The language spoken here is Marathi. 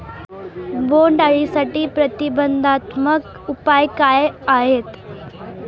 बोंडअळीसाठी प्रतिबंधात्मक उपाय काय आहेत?